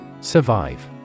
Survive